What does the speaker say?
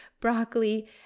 broccoli